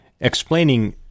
Explaining